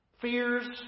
Fears